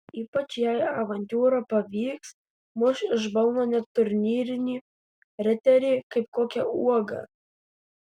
ypač jei avantiūra pavyks muš iš balno net turnyrinį riterį kaip kokią uogą